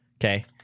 okay